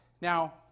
Now